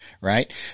right